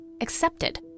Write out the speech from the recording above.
accepted